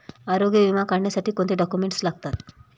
आरोग्य विमा काढण्यासाठी कोणते डॉक्युमेंट्स लागतात?